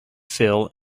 fill